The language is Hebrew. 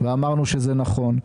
ואמרנו שזה נכון.